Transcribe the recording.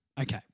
Okay